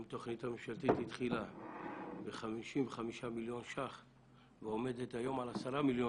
אם התוכנית הממשלתית התחילה ב-55 מיליון ₪ ועומדת היום על 10 מיליון